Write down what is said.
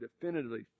definitively